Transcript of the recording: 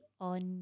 on